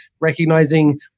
recognizing